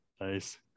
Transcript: Nice